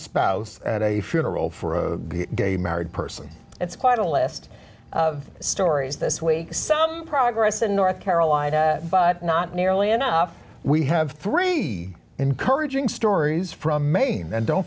spouse at a funeral for a gay married person it's quite a list of stories this week some progress in north carolina but not nearly enough we have three encouraging stories from maine and don't